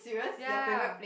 ya